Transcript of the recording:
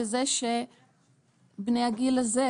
בזה שבני הגיל הזה,